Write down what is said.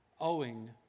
owing